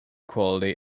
quality